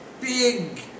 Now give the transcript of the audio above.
big